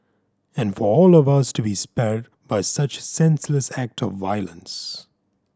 and for all of us to be spared by such senseless act of violence